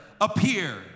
appear